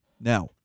Now